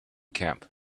camp